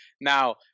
now